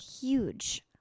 huge